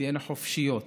תהיינה חופשיות,